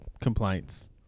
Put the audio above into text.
complaints